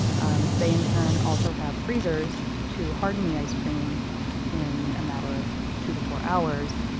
um they in turn also have freezers to harden the ice cream in a matter of two to four hours,